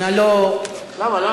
נא לא, למה?